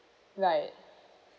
right